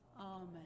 amen